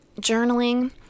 journaling